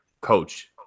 coach